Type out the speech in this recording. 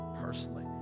personally